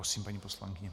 Prosím, paní poslankyně.